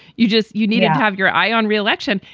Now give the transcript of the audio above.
you just you needed to have your eye on re-election.